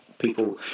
people